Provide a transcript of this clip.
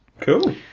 Cool